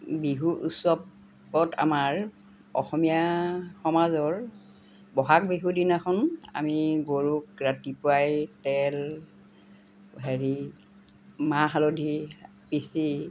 বিহু উৎসৱত আমাৰ অসমীয়া সমাজৰ বহাগ বিহুৰ দিনাখন আমি গৰুক ৰাতিপুৱাই তেল হেৰি মাহ হালধি পিচি